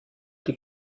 die